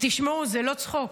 תשמעו, זה לא צחוק.